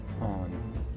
on